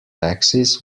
taxis